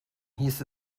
hieß